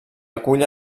acull